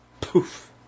poof